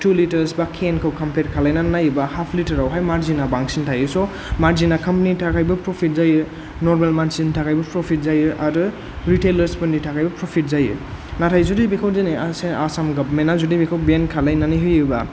two litres बा can खौ compare खालायनानै नायोबा हाफ लिटारा वहाय मार्जिना बांसिन थायो स' मार्जिना कम्पानि नि थाखायबो प्रफिट जायो नर्मेल मानसिनि थाखायबो प्रफिट जायो आरो रिटैलोर्स फोरनि थाखायबो प्रफिट जायो नाथाय जुदि बेखौ दिनै आसे आसाम गभमेन्टा जुदि बेखौ बेन खालायनानै होयोबा